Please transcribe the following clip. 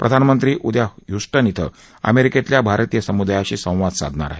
प्रधानमंत्री उदया हय्स्टन इथं अमेरिकेतल्या भारतीय समुदायाशी संवाद साधणार आहेत